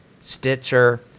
Stitcher